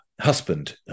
husband